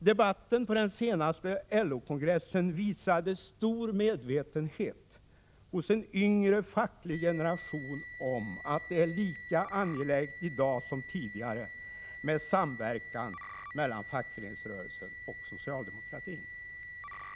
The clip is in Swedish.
Debatten på den senaste LO-kongressen visade stor medvetenhet hos en yngre facklig generation om att det är lika angeläget i dag som tidigare med samverkan mellan fackföreningsrörelsen och socialdemokratin.